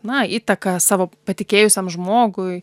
na įtaka savo patikėjusiam žmogui